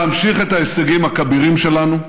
כדי להמשיך את ההישגים הכבירים שלנו,